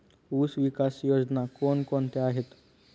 ऊसविकास योजना कोण कोणत्या आहेत?